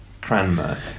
Cranmer